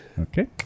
Okay